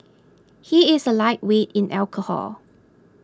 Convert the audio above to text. he is a lightweight in alcohol